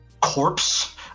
corpse